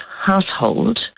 household